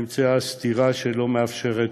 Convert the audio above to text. נמצאה סתירה שלא מאפשרת,